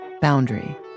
boundary